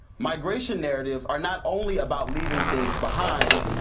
migration narratives are not only about leaving things behind,